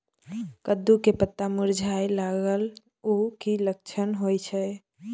कद्दू के पत्ता मुरझाय लागल उ कि लक्षण होय छै?